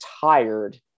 tired